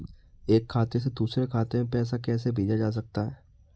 एक खाते से दूसरे खाते में पैसा कैसे भेजा जा सकता है?